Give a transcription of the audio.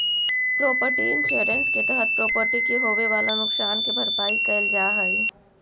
property insurance के तहत property के होवेऽ वाला नुकसान के भरपाई कैल जा हई